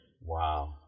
Wow